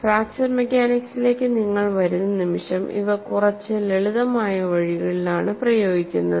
fracture മെക്കാനിക്സിലേക്ക് നിങ്ങൾ വരുന്ന നിമിഷം ഇവ കുറച്ച് ലളിതമായ വഴികളിലാണ് പ്രയോഗിക്കുന്നത്